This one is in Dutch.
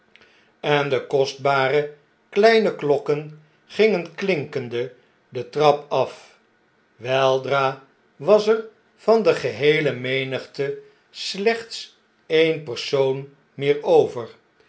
en de kostbare kleine klokken gingen klinkende de trap af weldra was er van de geheele menigte slechts e'en persoon meer over